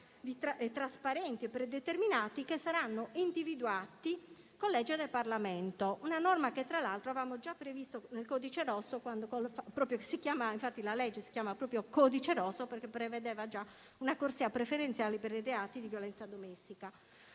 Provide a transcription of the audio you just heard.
trasparenti e predeterminati, che saranno individuati con legge del Parlamento. Si tratta di una norma che, tra l'altro, avevamo già previsto nel codice rosso; la legge si chiama proprio codice rosso, perché prevedeva una corsia preferenziale per i reati di violenza domestica.